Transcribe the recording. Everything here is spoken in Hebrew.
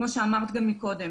כמו שאמרת גם מקודם